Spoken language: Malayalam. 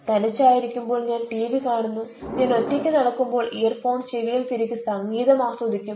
തനിച്ചായിരിക്കുമ്പോൾ ഞാൻ ടിവി കാണുന്നു ഞാൻ ഒറ്റയ്ക്ക് നടക്കുമ്പോൾ ഇയർഫോൺ ചെവിയിൽ തിരുകി സംഗീതം ആസ്വദിക്കും